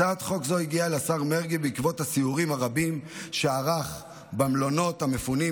הצעת חוק זו הגיעה לשר מרגי בעקבות הסיורים הרבים שערך במלונות המפונים,